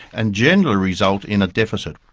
and generally result in a deficit.